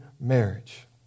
marriage